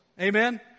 Amen